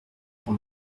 pour